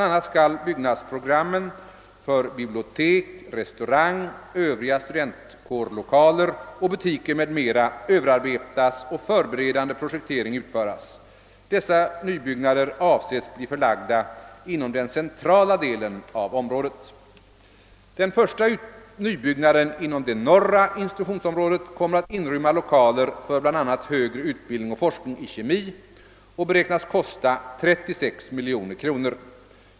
a. skall byggnadsprogrammen för bibliotek, restaurang, övriga studentkårlokaler och butiker m.m. överarbetas och förberedande projektering utföras. Dessa nybyggnader avses bli förlagda inom den centrala delen av området. Den första nybyggnaden inom det norra institutionsområdet kommer att inrymma lokaler för bl.a. högre utbildning och forskning i kemi och beräknas kosta 36 miljoner kronor.